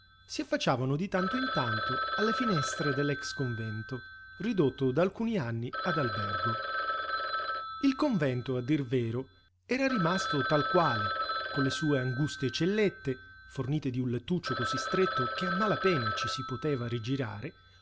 si affacciavano di tanto in tanto alle finestre dell'ex-convento ridotto da alcuni anni ad albergo il convento a dir vero era rimasto tal quale con le sue anguste cellette fornite di un lettuccio cosí stretto che a mala pena ci si poteva rigirare